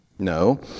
No